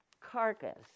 carcass